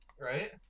Right